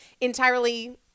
entirely